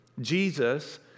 Jesus